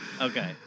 Okay